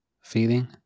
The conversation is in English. feeling